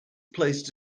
placed